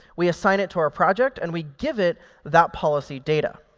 we assign it to our project, and we give it that policy data.